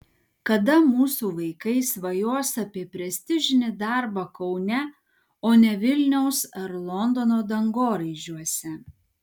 kada mūsų vaikai svajos apie prestižinį darbą kaune o ne vilniaus ar londono dangoraižiuose